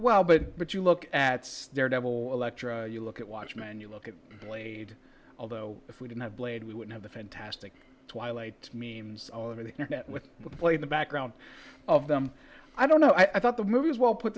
well but but you look at their double electra you look at watchmen you look at blade although if we didn't have blade we would have the fantastic twilight means all over the net with the play in the background of them i don't know i thought the movie was well put